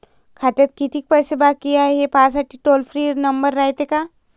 खात्यात कितीक पैसे बाकी हाय, हे पाहासाठी टोल फ्री नंबर रायते का?